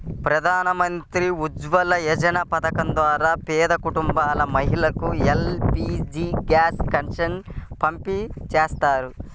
ప్రధాన్ మంత్రి ఉజ్వల యోజన పథకం ద్వారా పేద కుటుంబాల మహిళలకు ఎల్.పీ.జీ గ్యాస్ కనెక్షన్లను పంపిణీ చేస్తారు